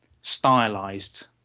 stylized